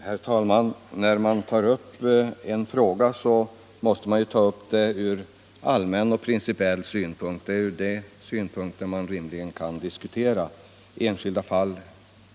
Herr talman! När man ställer en fråga, bör den ta upp allmänna och principiella synpunkter och inte enskilda fall.